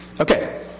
Okay